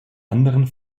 anderen